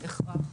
הכרח.